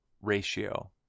ratio